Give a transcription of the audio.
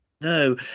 No